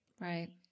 Right